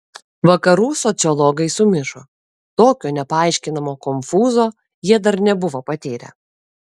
vakarų sociologai sumišo tokio nepaaiškinamo konfūzo jie dar nebuvo patyrę